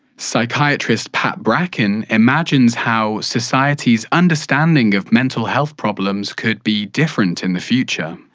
psychiatrist pat bracken imagines how society's understanding of mental health problems could be different in the future.